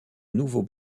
nouveau